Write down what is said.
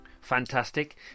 Fantastic